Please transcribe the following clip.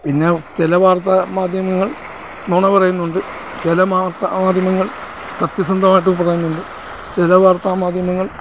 പിന്നെ ചില വാർത്താമാധ്യമങ്ങൾ നുണ പറയുന്നുണ്ട് ചില വാർത്താമാധ്യമങ്ങൾ സത്യസന്ധമായിട്ട് പറയുന്നുണ്ട് ചില വാർത്താമാധ്യമങ്ങൾ